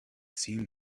seemed